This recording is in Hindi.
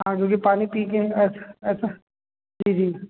हाँ क्यूँकि पानी पी के ऐसा ऐसा जी जी